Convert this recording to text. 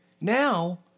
Now